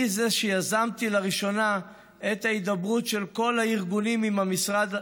אני זה שיזם לראשונה את ההידברות של כל הארגונים הסביבתיים עם המשרד.